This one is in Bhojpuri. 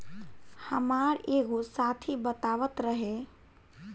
हामार एगो साथी बतावत रहे